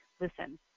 listen